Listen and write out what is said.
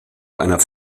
einer